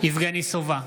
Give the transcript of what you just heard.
יבגני סובה,